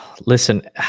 Listen